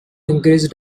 encourage